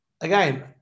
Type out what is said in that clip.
again